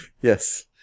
Yes